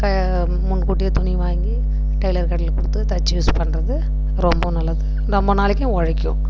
முன்கூட்டியே துணி வாங்கி டைலர் கடையில் கொடுத்து தைச்சி யூஸ் பண்ணுறது ரொம்ப நல்லது ரொம்ப நாளைக்கும் உழைக்கும்